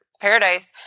Paradise